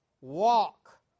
walk